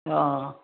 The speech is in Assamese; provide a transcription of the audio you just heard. অঁ